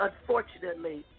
unfortunately